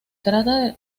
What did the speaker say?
trata